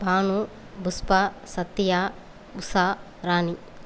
Banu Pushpa Sathya Usha Rani